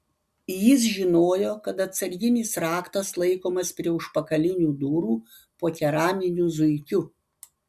jis žinojo kad atsarginis raktas laikomas prie užpakalinių durų po keraminiu zuikiu